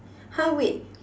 !huh! wait